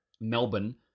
Melbourne